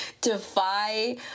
defy